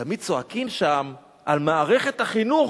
תמיד צועקים שם על מערכת החינוך,